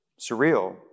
Surreal